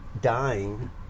dying